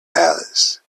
alice